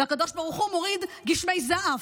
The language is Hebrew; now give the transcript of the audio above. הקדוש ברוך הוא מוריד גשמי זעף.